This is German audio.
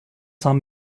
haben